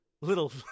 little